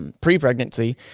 pre-pregnancy